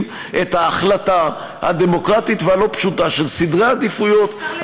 את ההחלטה הדמוקרטית והלא-פשוטה של סדרי עדיפויות.